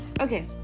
okay